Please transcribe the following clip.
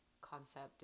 concept